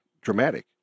dramatic